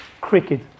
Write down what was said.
cricket